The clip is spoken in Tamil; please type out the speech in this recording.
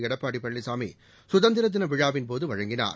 எடப்பாடி பழனிசாமி சுதந்திர தின விழாவின்போது வழங்கினார்